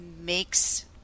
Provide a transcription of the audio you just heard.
makes